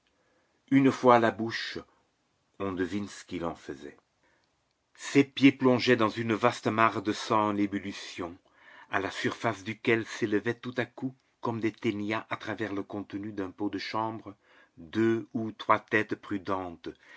une fois à la bouche on devine ce qu'il en faisait ses pieds plongeaient dans une vaste mare de sang en ébullition à la surface duquel s'élevaient tout à coup comme des ténias à travers le contenu d'un pot de chambre deux ou trois têtes prudentes